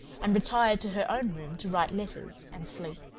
and retired to her own room to write letters and sleep.